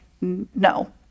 no